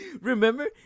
Remember